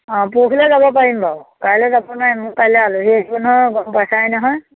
অঁ পৰহিলৈ যাব পাৰিম বাৰু কাইলৈ যাব নোৱাৰিম মোৰ কাইলৈ আলহী আহিব নহয় গম পাইচাই নহয়